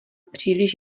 příliš